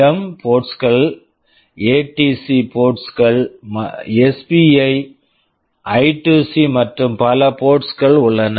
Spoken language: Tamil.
எம் PWM போர்ட்ஸ் ports கள் ஏடிசி ADC போர்ட்ஸ் ports கள் எஸ்பிஐ SPI ஐ2சி I2C மற்றும் பல போர்ட்ஸ் ports கள் உள்ளன